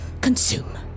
consume